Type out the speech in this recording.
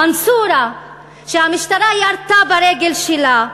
מנסורה, שהמשטרה ירתה ברגל שלה,